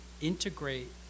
integrate